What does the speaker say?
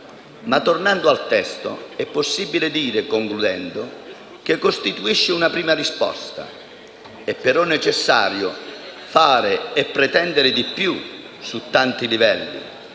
Ma tornando al testo, è possibile dire, concludendo, che costituisce una prima risposta. È però necessario fare e pretendere di più, su tanti livelli.